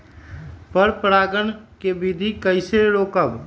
पर परागण केबिधी कईसे रोकब?